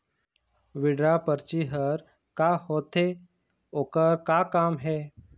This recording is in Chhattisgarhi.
विड्रॉ परची हर का होते, ओकर का काम हे?